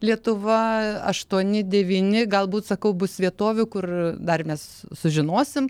lietuva aštuoni devyni galbūt sakau bus vietovių kur dar mes sužinosim